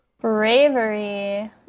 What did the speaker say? Bravery